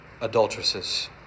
adulteresses